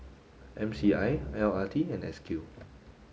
M C I L R T and S Q